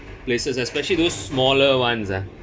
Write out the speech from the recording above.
places especially those smaller ones uh